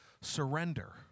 surrender